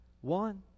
One